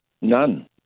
None